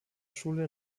schule